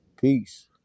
Peace